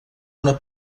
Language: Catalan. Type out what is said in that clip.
una